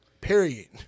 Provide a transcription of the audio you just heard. Period